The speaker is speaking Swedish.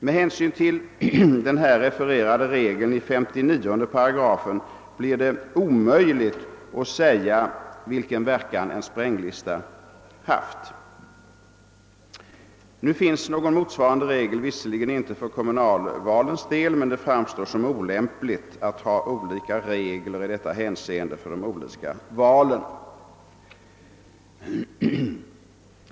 Med hänsyn till den refererade regeln i 59 8 blir det omöjligt att säga vilken verkan en spränglista haft. Någon motsvarande regel finns visserligen inte för kommunalvalens del, men det framstår som olämpligt att ha olika regler i detta hänseende för de olika valen.